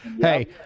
Hey